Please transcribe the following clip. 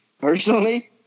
personally